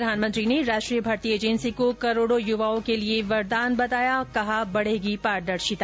प्रधानमंत्री ने राष्ट्रीय भर्ती एजेंसी को करोडो युवाओं के लिए वरदान बताया कहा बढ़ेगी पारदर्शिता